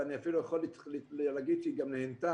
ואני אפילו יכול להגיד שהיא נהנתה.